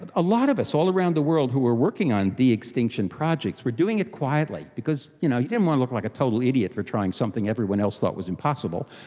but a lot of us all around the world who were working on de-extinction projects were doing it quietly because you know you didn't want to look like a total idiot for trying something everyone else thought was impossible.